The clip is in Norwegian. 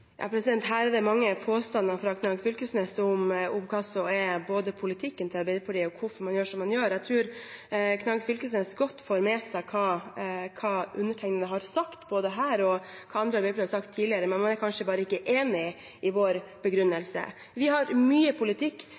Her var det mange påstander fra Knag Fylkesnes om både hva som er Arbeiderpartiets politikk, og hvorfor man gjør som man gjør. Jeg tror Knag Fylkesnes godt har fått med seg både hva undertegnede har sagt her, og hva andre i Arbeiderpartiet har sagt tidligere. Man er kanskje bare ikke enig i vår begrunnelse. Vi har mye politikk